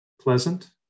Pleasant